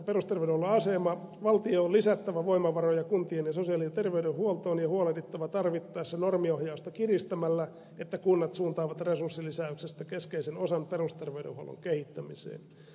valtion on lisättävä voimavaroja kuntien sosiaali ja terveydenhuoltoon ja huolehdittava tarvittaessa normiohjausta kiristämällä että kunnat suuntaavat resurssilisäyksestä keskeisen osan perusterveydenhuollon kehittämiseen